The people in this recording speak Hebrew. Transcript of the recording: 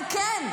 הם כן.